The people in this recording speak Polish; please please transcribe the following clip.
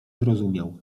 zrozumiał